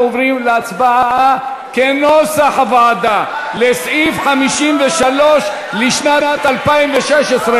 אנחנו עוברים להצבעה על סעיף 53 לשנת 2016,